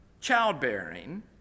childbearing